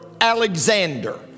Alexander